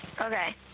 Okay